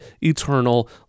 eternal